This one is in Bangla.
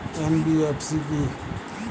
এন.বি.এফ.সি কী?